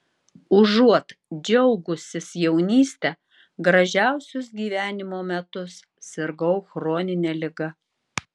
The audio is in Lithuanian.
užuot džiaugusis jaunyste gražiausius gyvenimo metus sirgau chronine liga